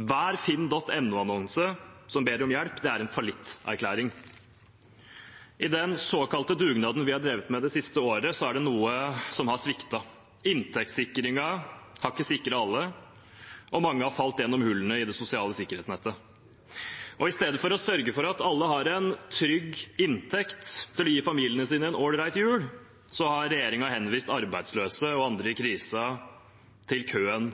Hver finn.no-annonse som ber om hjelp, er en fallitterklæring. I den såkalte dugnaden vi har drevet med det siste året, er det noe som har sviktet. Inntektssikringen har ikke sikret alle, og mange har falt gjennom hullene i det sosiale sikkerhetsnettet. I stedet for å sørge for at alle har en trygg inntekt til å gi familiene sine en allright jul, har regjeringen henvist arbeidsløse og andre i krise til køen